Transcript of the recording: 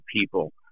people